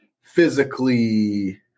physically